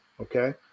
Okay